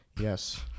Yes